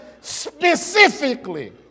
specifically